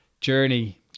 journey